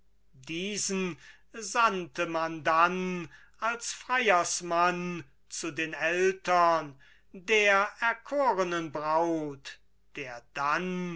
diesen sandte man dann als freiersmann zu den eltern der erkorenen braut der dann